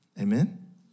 Amen